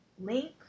Link